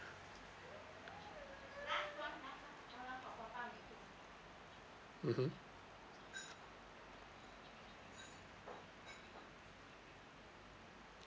mmhmm